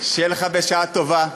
שיהיה לך בשעה טובה.